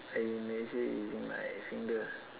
I measure using my finger